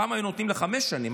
פעם היו נותנים לחמש שנים,